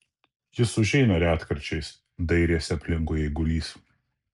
jis užeina retkarčiais dairėsi aplinkui eigulys